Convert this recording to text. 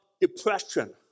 depression